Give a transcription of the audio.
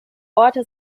orte